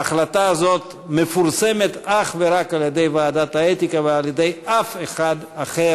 ההחלטה הזאת מפורסמת אך ורק על-ידי ועדת האתיקה ולא על-ידי אף אחר,